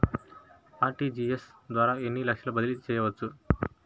RTGS ద్వారా ఎన్ని లక్షలు బదిలీ చేయవచ్చు?